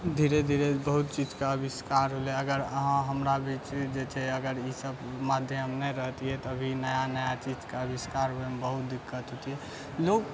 धीरे धीरे बहुत चीजके अविष्कार होलै अगर अहाँ हमरा बीच जे छै अगर ई सब माध्यम नहि रहतियै तऽ अभी नया नया चीजके अविष्कार होइमे बहुत दिक्कत होतियै लोग